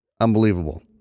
Unbelievable